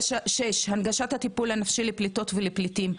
הנגשת הטיפול הנפשי לפליטות ולפליטים.